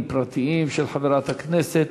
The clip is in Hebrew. של חברת הכנסת